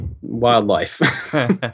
wildlife